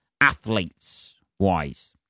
athletes-wise